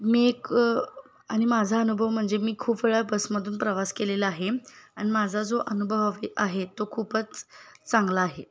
मी एक आणि माझा अनुभव म्हणजे मी खूप वेळा बसमधून प्रवास केलेला आहे आणि माझा जो अनुभव बी आहे तो खूपच चांगला आहे